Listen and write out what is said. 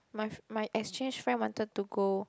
my fr~ my exchange friend wanted to go